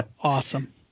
Awesome